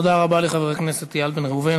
תודה רבה לחבר הכנסת איל בן ראובן.